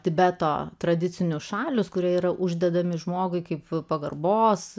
tibeto tradicinių šalys kurie yra uždedami žmogui kaip pagarbos